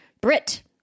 brit